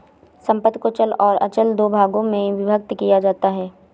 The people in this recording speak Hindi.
संपत्ति को चल और अचल दो भागों में विभक्त किया जाता है